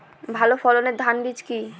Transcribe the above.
ভালো ফলনের ধান বীজ কি?